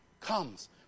comes